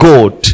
God